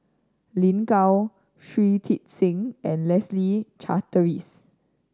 Lin Gao Shui Tit Sing and Leslie Charteris